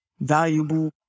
valuable